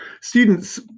Students